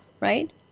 right